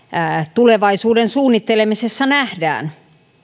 tulevaisuuden suunnittelemisessa nähdään